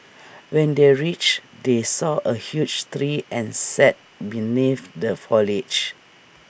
when they reached they saw A huge tree and sat beneath the foliage